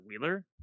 wheeler